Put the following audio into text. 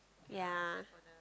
ya